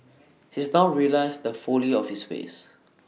he's now realised the folly of his ways